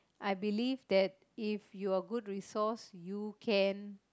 I believe that if you are good resource you can